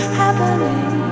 happening